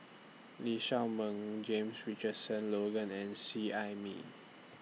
Lee Shao Meng James Richardson Logan and Seet Ai Mee